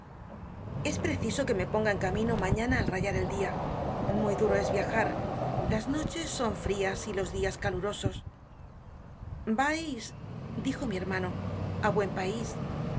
es preciso que me ponga en camino mañana al rayar el dia muy duro es viajar las noches son frias y los dias calurosos vais dijo mi hermano á buen país en